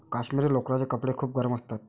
काश्मिरी लोकरचे कपडे खूप गरम असतात